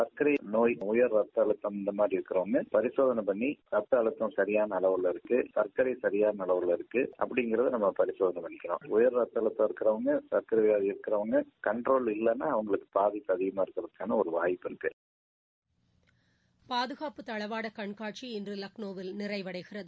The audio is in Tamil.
சர்க்கரை நோய் உயர் ரக்த அழுத்தம் இந்த மாதிரி இருக்கிறவங்க பரிளேதனை பண்ணி சர்க்கரை சரியாள அளவில இருக்கு ரத்த அழுத்தம் சரியான அளவுக்கு இருக்கு அப்படிங்கறத நாம கன்பார்ம் பண்ணிக்கனும் ரத்த அழுத்தம் இருக்கிறவங்க சர்க்கரை வியாதி இருக்கிறவங்க கண்ட்ரோல் இல்லைனா அவங்களுக்கு பாதிப்பு அதிகமா இருக்கிறதுக்கு வாய்ப்பிருக்கு பாதுகாப்பு தளவாட கண்காட்சி இன்று லக்னோவில் நிறைவடைகிறது